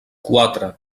quatre